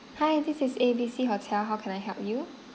hi this is A B C hotel how can I help you